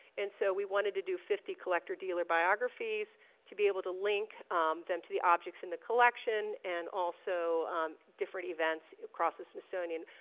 and so we wanted to do fifty collector-dealer biographies to be able to link them to the objects in the collection and also different events across the smithsonian.